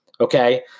okay